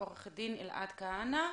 עו"ד אלעד כהנא.